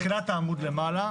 בתחילת העמוד למעלה,